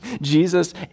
Jesus